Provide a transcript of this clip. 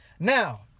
Now